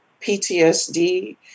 PTSD